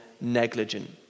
negligent